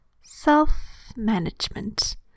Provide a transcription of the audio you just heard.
self-management